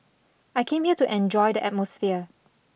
I came here to enjoy the atmosphere